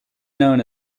known